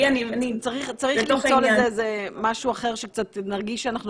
צריך למצוא לזה איזה משהו אחר שקצת נרגיש שאנחנו